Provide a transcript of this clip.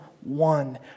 one